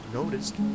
noticed